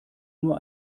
nur